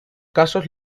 casos